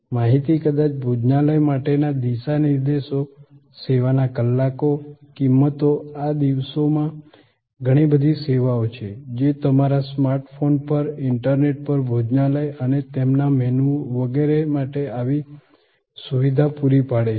માહિતી કદાચ ભોજનાલય માટેના દિશા નિર્દેશો સેવાના કલાકો કિંમતો આ દિવસોમાં ઘણી બધી સેવાઓ છે જે તમારા સ્માર્ટ ફોન પર ઇન્ટરનેટ પર ભોજનાલય અને તેમના મેનુઓ વગેરે માટે આવી સુવિધા પૂરી પાડે છે